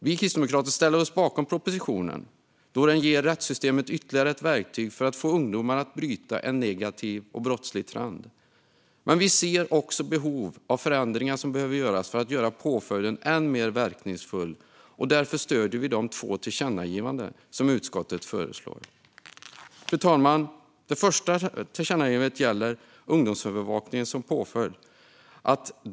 Vi kristdemokrater ställer oss bakom propositionen, då den ger rättssystemet ytterligare ett verktyg för att få ungdomar att bryta en negativ och brottslig trend. Men vi ser också behov av förändringar som behöver göras för att påföljden ska bli än mer verkningsfull. Därför stöder vi de två tillkännagivanden som utskottet föreslår. Fru talman! Det första tillkännagivandet gäller ungdomsövervakningen som påföljd.